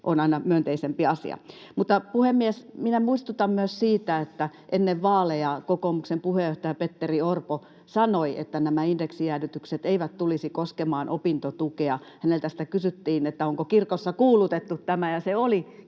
on aina myönteisempi asia. Puhemies! Mutta minä muistutan myös siitä, että ennen vaaleja kokoomuksen puheenjohtaja Petteri Orpo sanoi, että nämä indeksijäädytykset eivät tulisi koskemaan opintotukea. Häneltä kysyttiin, että onko kirkossa kuulutettu tämä, ja se oli